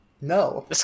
No